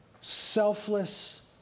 selfless